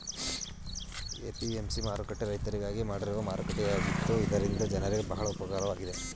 APMC ಮಾರುಕಟ್ಟೆ ರೈತರಿಗಾಗಿಯೇ ಮಾಡಿರುವ ಮಾರುಕಟ್ಟೆಯಾಗಿತ್ತು ಇದರಿಂದ ಜನರಿಗೆ ಬಹಳ ಉಪಕಾರವಾಗಿದೆ